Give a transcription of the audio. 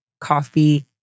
coffee